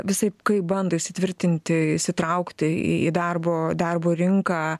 visaip kaip bando įsitvirtinti įsitraukti į į darbo darbo rinką